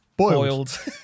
Boiled